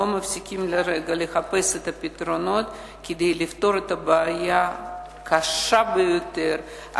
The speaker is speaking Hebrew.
לא מפסיקים לחפש פתרונות כדי לפתור את הבעיה הקשה ביותר,